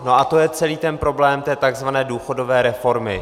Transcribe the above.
A to je celý ten problém té takzvané důchodové reformy.